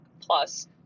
Plus